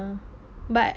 but